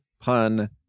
pun